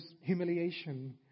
humiliation